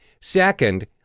Second